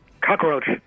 Cockroach